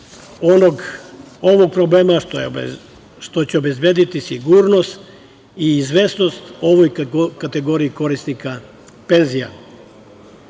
ovog problema, što će obezbediti sigurnost i izvesnost kategoriji korisnika penzija.U